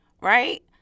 right